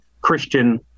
Christian